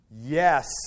yes